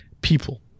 people